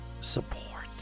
support